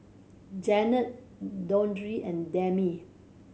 Janet Dondre and Demi